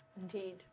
Indeed